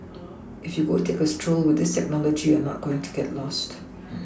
if you go take a stroll with this technology you're not going to get lost